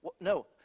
No